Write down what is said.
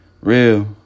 Real